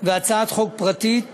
והצעת חוק פרטית